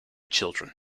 children